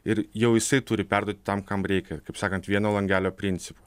ir jau jisai turi perduoti tam kam reikia kaip sakant vieno langelio principu